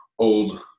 old